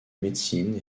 médecine